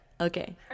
okay